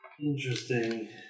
Interesting